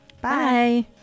Bye